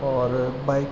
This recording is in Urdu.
اور بائک